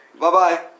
Bye-bye